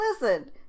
listen